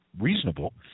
reasonable